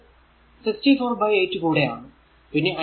അത് 64 ബൈ 8 കൂടെ ആണ്